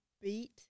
beat